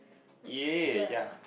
ya ya